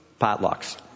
potlucks